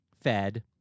fed